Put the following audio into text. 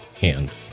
hand